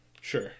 sure